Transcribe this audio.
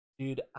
Dude